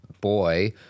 boy